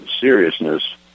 seriousness